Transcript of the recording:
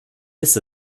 ist